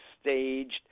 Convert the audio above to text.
staged